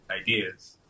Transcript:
ideas